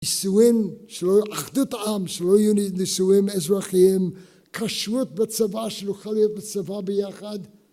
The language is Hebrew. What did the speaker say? אחדות העם שלא יהיו נישואים אזרחיים, כשרות בצבא שנוכל להיות בצבא ביחד